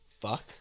fuck